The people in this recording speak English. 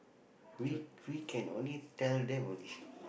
we we can only tell the only